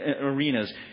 arenas